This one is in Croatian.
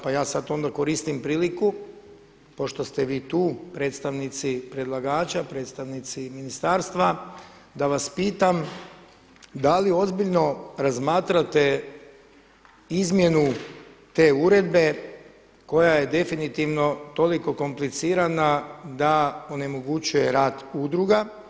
Pa ja sada onda koristim priliku pošto ste vi tu, predstavnici predlagača, predstavnici ministarstva da vas pitam, da li ozbiljno razmatrate izmjenu te uredbe koja je definitivno toliko komplicirana da onemogućuje rad udruga?